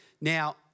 Now